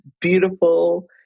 beautiful